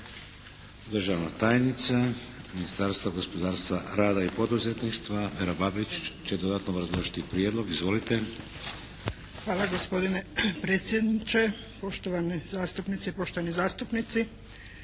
Državna tajnica Ministarstva gospodarstva, rada i poduzetništva Vera Babić će dodatno obrazložiti prijedlog. Izvolite! **Babić, Vera** Hvala gospodine predsjedniče, poštovane zastupnice i poštovani zastupnici.